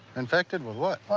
infected with what?